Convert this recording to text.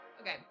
Okay